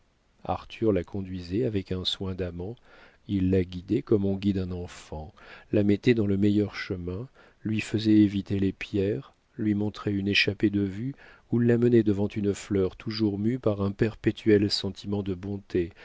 arthur la conduisait avec un soin d'amant il la guidait comme on guide un enfant la mettait dans le meilleur chemin lui faisait éviter les pierres lui montrait une échappée de vue ou l'amenait devant une fleur toujours mû par un perpétuel sentiment de bonté